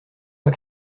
pas